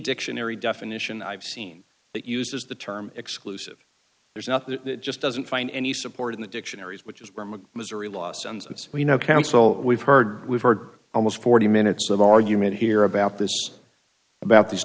dictionary definition i've seen that uses the term exclusive there's nothing that just doesn't find any support in the dictionaries which is missouri lawson's and so we know counsel we've heard we've heard almost forty minutes of argument here about this about these